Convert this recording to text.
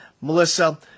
Melissa